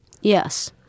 Yes